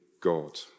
God